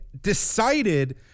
decided